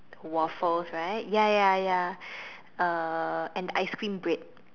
waffles right ya ya ya uh and ice-cream bread